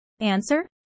Answer